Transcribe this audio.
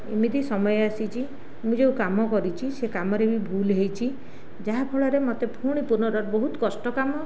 ଏମିତି ସମୟ ଆସିଛି ମୁଁ ଯେଉଁ କାମ କରିଛି ସେ କାମରେ ବି ଭୁଲ ହୋଇଛି ଯାହାଫଳରେ ମୋତେ ପୁଣି ପୁନରା ବହୁତ କଷ୍ଟ କାମ